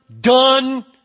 done